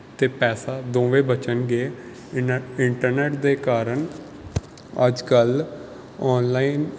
ਅਤੇ ਪੈਸਾ ਦੋਵੇਂ ਬਚਣਗੇ ਇਹਨਾਂ ਇੰਟਰਨੈੱਟ ਦੇ ਕਾਰਨ ਅੱਜ ਕੱਲ੍ਹ ਔਨਲਾਈਨ